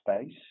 space